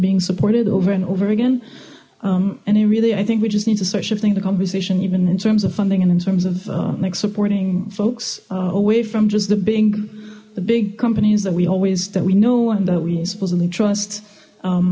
being supported over and over again and i really i think we just need to start shifting the conversation even in terms of funding and in terms of like supporting folks away from just the big the big companies that we always that we know and that we supposedly trust